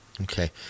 okay